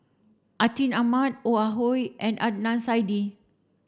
Atin Amat Ong Ah Hoi and Adnan Saidi